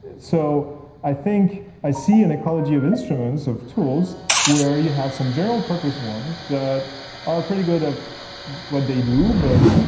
so i think i see an ecology of instruments, of tools where you have some general purpose ones that are pretty good at what they do but,